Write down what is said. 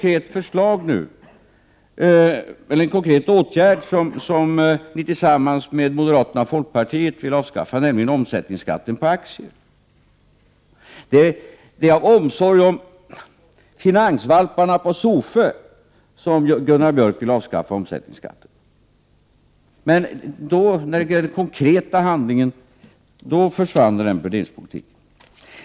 Det finns en konkret åtgärd som ni tillsammans med moderaterna och folkpartiet vill avskaffa, nämligen omsättningsskatten på aktier. Det är av omsorg om finansvalparna på SOFE som Gunnar Björk vill avskaffa omsättningsskatten. När det gäller den konkreta handlingen försvann den fördelningspolitiken.